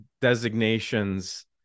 designations